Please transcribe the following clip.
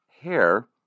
hair